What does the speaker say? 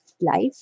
life